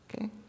Okay